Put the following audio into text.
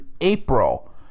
April